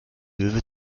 löwe